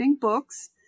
books